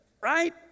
Right